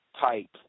type